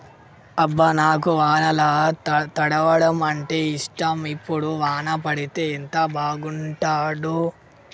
అబ్బ నాకు వానల తడవడం అంటేఇష్టం ఇప్పుడు వాన పడితే ఎంత బాగుంటాడో